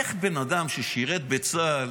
איך בן אדם ששירת בצה"ל